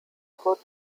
kurz